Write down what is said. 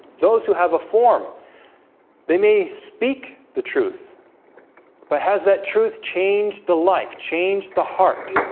those who have a form they may speak the truth but has that truth changed the life changed the heart